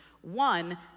one